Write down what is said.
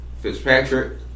Fitzpatrick